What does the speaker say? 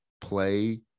play